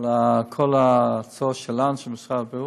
כל ההצעות שלנו, של משרד הבריאות.